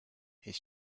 his